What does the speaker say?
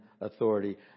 authority